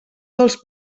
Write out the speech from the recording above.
dels